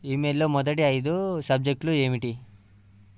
ఈమెయిల్లో మొదటి ఐదు సబ్జెక్టులు ఏమిటి